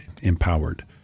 empowered